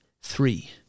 three